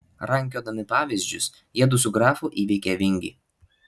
rankiodami pavyzdžius jiedu su grafu įveikė vingį